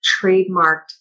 trademarked